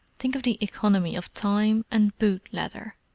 think of the economy of time and boot-leather!